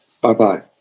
Bye-bye